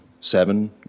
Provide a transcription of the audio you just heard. Seven